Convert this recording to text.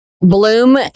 bloom